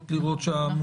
כן,